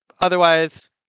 otherwise